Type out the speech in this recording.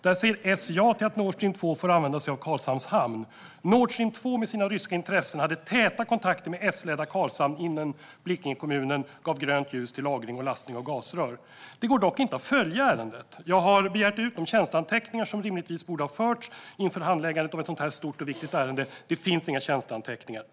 Där säger S ja till att Nord Stream 2 får använda sig av Karlshamns hamn. Nord Stream 2 med sina ryska intressen hade täta kontakter med S-ledda Karlshamn innan Blekingekommunen gav grönt ljus till lagring och lastning av gasrör. Det går dock inte att följa ärendet. Jag har begärt ut de tjänsteanteckningar som rimligtvis borde ha förts inför handläggandet av ett sådant här stort och viktigt ärende. Men det finns inga tjänsteanteckningar.